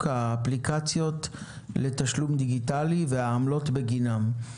האפליקציות לתשלום דיגיטלי והעמלות בגינן.